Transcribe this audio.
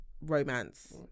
romance